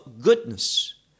goodness